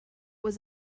was